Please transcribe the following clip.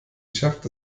schafft